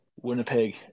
Winnipeg